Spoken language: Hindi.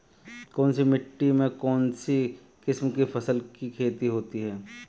कौनसी मिट्टी में कौनसी किस्म की फसल की खेती होती है?